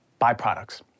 byproducts